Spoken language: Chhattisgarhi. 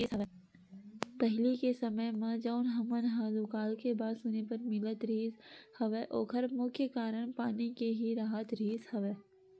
पहिली के समे म जउन हमन ल दुकाल के बात सुने बर मिलत रिहिस हवय ओखर मुख्य कारन पानी के ही राहत रिहिस हवय